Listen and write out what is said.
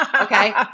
okay